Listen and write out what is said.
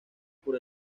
por